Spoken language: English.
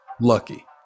Lucky